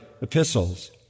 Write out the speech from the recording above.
epistles